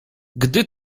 gdy